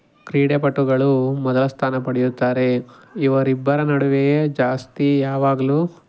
ಕ್ರೀಡಾಪಟುಗಳು ಮೊದಲ ಸ್ಥಾನ ಪಡೆಯುತ್ತಾರೆ ಇವರಿಬ್ಬರ ನಡುವೆ ಜಾಸ್ತಿ ಯಾವಾಗಲೂ